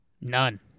None